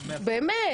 באמת.